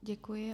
Děkuji.